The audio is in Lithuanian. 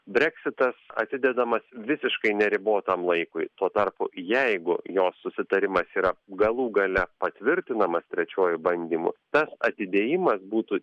breksitas atidedamas visiškai neribotam laikui tuo tarpu jeigu jos susitarimas yra galų gale patvirtinamas trečiuoju bandymu tas atidėjimas būtų